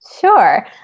Sure